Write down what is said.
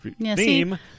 Theme